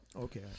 Okay